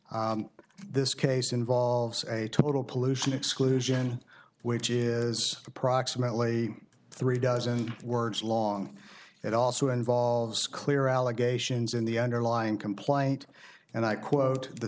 this case involves a total pollution exclusion which is approximately three dozen words long it also involves clear allegations in the underlying complaint and i quote the